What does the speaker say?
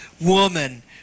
woman